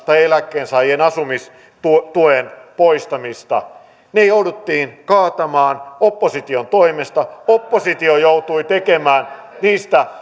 tai eläkkeensaajien asumistuen poistamista ne jouduttiin kaatamaan opposition toimesta oppositio joutui tekemään niistä